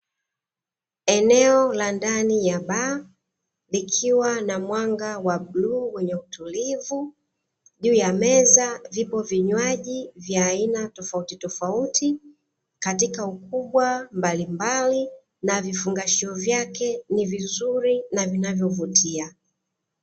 Eneo la ndani ya baa likiwa na mwanga wa bluu wenye utulivu, juu ya meza vipo vinywaji vya aina tofautitofauti katika ukubwa mbalimbali na vifungashio vyake ni vizuri na vinavyovutia.